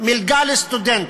מלגה לסטודנט.